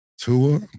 Tua